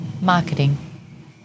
marketing